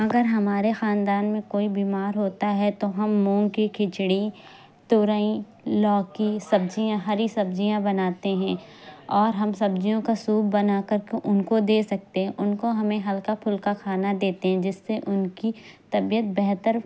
اگر ہمارے خاندان میں کوئی بیمار ہوتا ہے تو ہم مونگ کی کھچڑی ترئی لوکی سبزیاں ہری سبزیاں بناتے ہیں اور ہم سبزیوں کا سوپ بنا کر ان کو دے سکتے ہیں ان کو ہمیں ہلکا پھلکا کھانا دیتے ہیں جس سے ان کی طبیعت بہتر